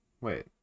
Wait